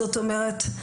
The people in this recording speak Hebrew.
זאת אומרת,